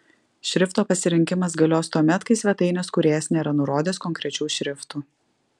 šrifto pasirinkimas galios tuomet kai svetainės kūrėjas nėra nurodęs konkrečių šriftų